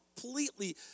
completely